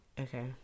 Okay